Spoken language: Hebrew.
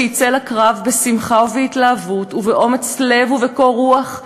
שיצא לקרב בשמחה ובהתלהבות ובאומץ לב וקור רוח,